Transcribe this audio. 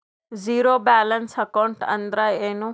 Zero balance account ಅಂದ್ರ ಏನು?